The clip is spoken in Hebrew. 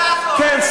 כן,